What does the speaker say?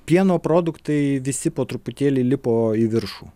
pieno produktai visi po truputėlį lipo į viršų